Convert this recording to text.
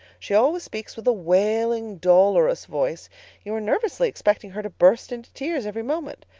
she always speaks with a wailing, dolorous voice you are nervously expecting her to burst into tears every moment.